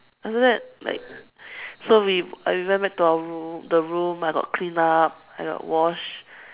after that like so we I we went back to our room the room I got cleaned up I got washed